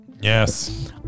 Yes